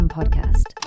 Podcast